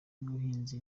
y’ubuhinzi